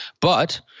But-